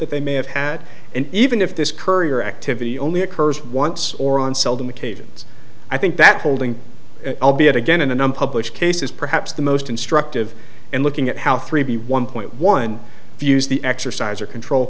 that they may have had and even if this courier activity only occurs once or on seldom occasions i think that holding i'll be it again in a number of cases perhaps the most instructive and looking at how three b one point one views the exercise or control